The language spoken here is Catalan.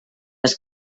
les